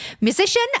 musician